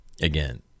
again